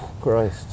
Christ